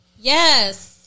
Yes